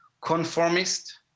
conformist